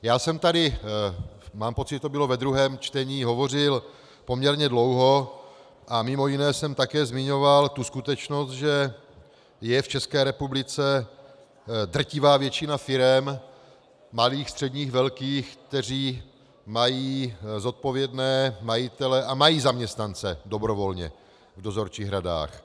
Já jsem tady mám pocit, že to bylo ve druhém čtení hovořil poměrně dlouho a mimo jiné jsem také zmiňoval tu skutečnost, že je v České republice drtivá většina firem, malých, středních, velkých, které mají zodpovědné majitele a mají zaměstnance dobrovolně v dozorčích radách.